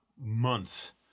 months